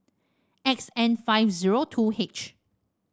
X N five zero two H